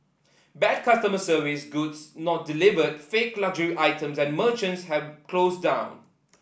bad customer service goods not delivered fake luxury items and merchants have closed down